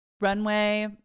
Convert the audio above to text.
runway